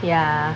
ya